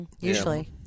Usually